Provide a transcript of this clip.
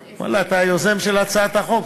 ואללה, אתה היוזם של הצעת החוק.